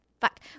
fuck